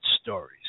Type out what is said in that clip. stories